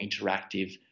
interactive